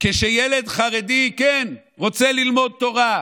שילד חרדי, כן, שרוצה ללמוד תורה,